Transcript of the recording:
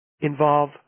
involve